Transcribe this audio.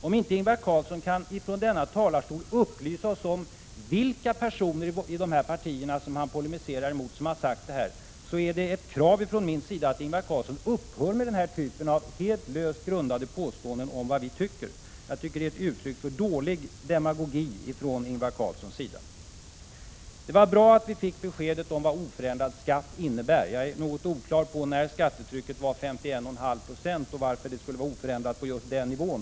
Om inte Ingvar Carlsson från denna talarstol kan upplysa oss om vilka personer som han polemiserar emot, så kräver jag att han upphör med denna typ av helt löst grundade påståenden om vad vi tycker. Jag anser att det är ett uttryck för dålig demagogi från Ingvar Carlssons sida. Det var bra att vi fick beskedet om vad oförändrad skatt innebär. Jag är något oklar över när skåttetrycket var 51,5 96 och varför det skulle vara oförändrat på just den nivån.